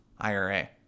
IRA